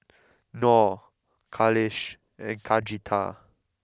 Nor Khalish and Khatijah